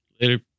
Later